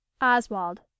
Oswald